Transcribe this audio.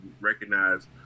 recognize